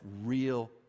real